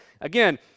Again